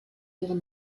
ihre